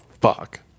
fuck